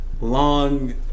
long